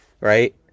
right